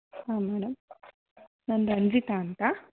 ಹಾಂ ಮೇಡಮ್ ನಾನು ರಂಜಿತಾ ಅಂತ